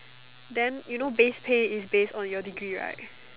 then you know base pay is base on your degree right